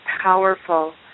powerful